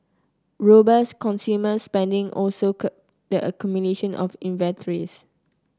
robust consumer spending also curbed the accumulation of inventories